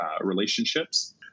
relationships